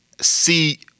see